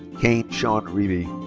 kayne shon reevey.